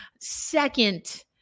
Second